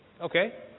Okay